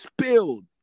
spilled